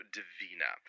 Divina